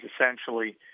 essentially